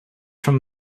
from